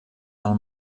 del